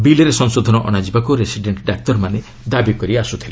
ବିଲ୍ରେ ସଂଶୋଧନ ଅଶାଯିବାକୁ ରେସିଡେଣ୍ଟ୍ ଡାକ୍ତରମାନେ ଦାବିକରି ଆସୁଥିଲେ